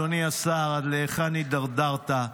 אדוני השר, עד להיכן הידרדרת?